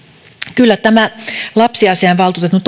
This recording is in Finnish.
kyllä tämän lapsiasiainvaltuutetun